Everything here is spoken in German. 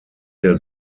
der